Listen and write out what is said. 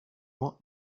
points